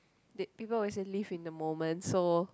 they people always say live in the moment so